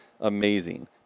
amazing